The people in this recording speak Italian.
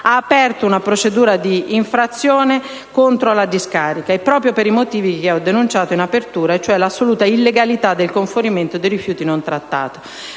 ha aperto una procedura di infrazione contro la discarica, proprio per i motivi che ho denunciato in apertura, cioè l'assoluta illegalità del conferimento di rifiuti non trattati.